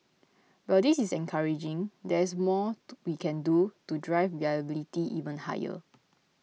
while this is encouraging there is more we can do to drive reliability even higher